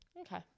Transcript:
Okay